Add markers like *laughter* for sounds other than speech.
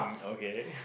um okay *laughs*